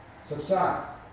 subside